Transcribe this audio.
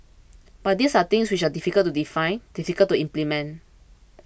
but these are things which are difficult to define difficult to implement